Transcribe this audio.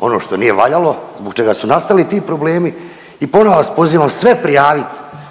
ono što nije valjalo, zbog čega su nastali ti problemi. I ponovo vas pozivam sve prijavit